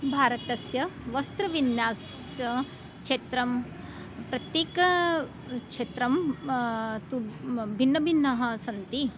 भारतस्य वस्त्रविन्यास क्षेत्रं प्रत्येकक्षेत्रं तु भिन्नभिन्नः सन्ति